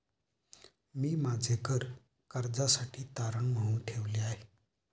मी माझे घर कर्जासाठी तारण म्हणून ठेवले आहे